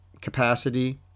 capacity